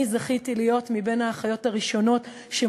אני זכיתי להיות מהאחיות הראשונות האלה,